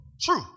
true